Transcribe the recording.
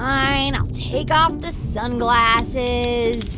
i'll take off the sunglasses.